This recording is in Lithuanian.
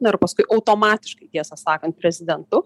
na ir paskui automatiškai tiesą sakant prezidentu